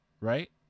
Right